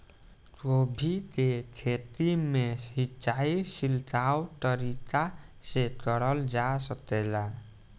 गोभी के खेती में सिचाई छिड़काव तरीका से क़रल जा सकेला?